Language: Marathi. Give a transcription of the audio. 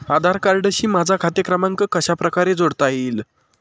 आधार कार्डशी माझा खाते क्रमांक कशाप्रकारे जोडता येईल?